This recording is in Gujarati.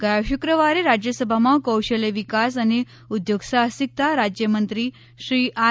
ગયા શુક્રવારે રાજ્યસભામાં કૌશલ્ય વિકાસ અને ઉદ્યોગ સાહસિકતા રાજ્ય મંત્રી શ્રી આર